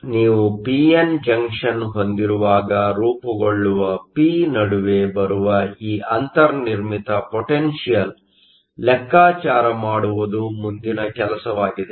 ಆದ್ದರಿಂದ ನೀವು P N junction ಹೊಂದಿರುವಾಗ ರೂಪುಗೊಳ್ಳುವ ಪಿ ನಡುವೆ ಬರುವ ಈ ಅಂತರ್ನಿರ್ಮಿತ ಪೊಟೆನ್ಷಿಯಲ್ ಲೆಕ್ಕಾಚಾರ ಮಾಡುವುದು ಮುಂದಿನ ಕೆಲಸವಾಗಿದೆ